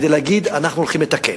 כדי להגיד: אנחנו הולכים לתקן.